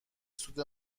سود